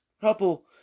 couple